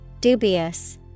Dubious